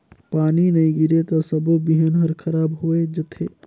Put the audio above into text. पानी नई गिरे त सबो बिहन हर खराब होए जथे